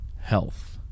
health